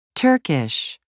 Turkish